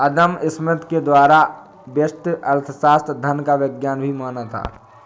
अदम Smith के द्वारा व्यष्टि अर्थशास्त्र धन का विज्ञान भी माना था